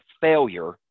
failure